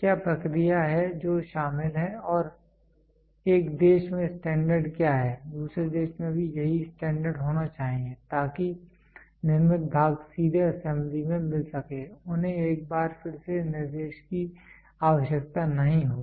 क्या प्रक्रिया है जो शामिल है और एक देश में स्टैंडर्ड क्या है दूसरे देश में भी यही स्टैंडर्ड होना चाहिए ताकि निर्मित भाग सीधे असेंबली में मिल सकें उन्हें एक बार फिर से निर्देश की आवश्यकता नहीं हो